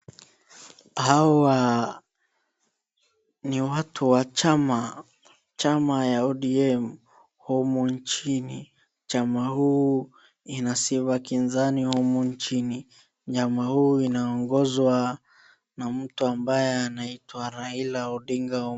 Hawa ni watu wa chama, chama ya ODM humu nchini, chama huu ina sifa kinzani humu nchini, chama huu unaongozwa na mtu ambaye anaitwa Raila Odinga Omollo.